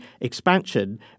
expansion